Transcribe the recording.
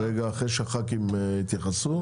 אחרי שחברי הכנסת יתייחסו,